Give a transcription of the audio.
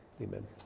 Amen